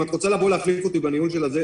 אם את רוצה לבוא ולהחליף אותי בניהול של זה,